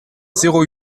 zéro